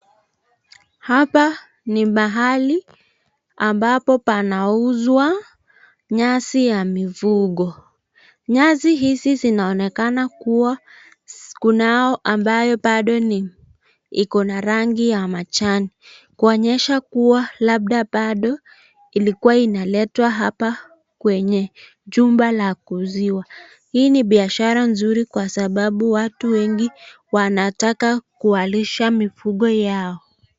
Hapa ni mahali ambapo panauzwa nyasi ya mifugo. Nyasi hizi zinaonekana kuwa kunao ambayo bado ni iko na rangi ya majani kuonyesha kuwa labda bado ilikuwa inaletwa hapa kwenye jumba la kuzuiwa. Hii ni biashara nzuri kwa sababu watu wengi wanataka kuwalisha mifugo yao.